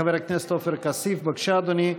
חבר הכנסת עופר כסיף, בבקשה, אדוני.